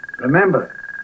remember